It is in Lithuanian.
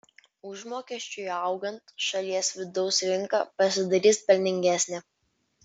užmokesčiui augant šalies vidaus rinka pasidarys pelningesnė